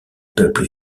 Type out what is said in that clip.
peuples